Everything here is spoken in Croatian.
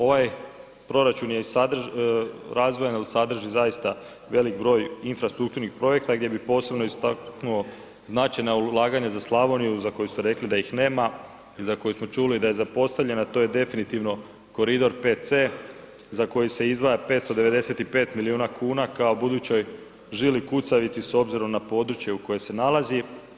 Ovaj proračun je i razvojan jer sadrži zaista velik broj infrastrukturnih projekata gdje bi posebno istaknuo značajna ulaganja za Slavoniju, za koje ste rekli da ih nema i za koji smo čuli da je zapostavljena, to je definitivno koridor 5C, za koji se izdvaja 595 milijuna kuna kao budućoj žili kucavici s obzirom na područje u kojem se nalazi.